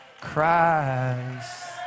Christ